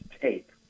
tape